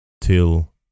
till